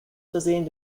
versehen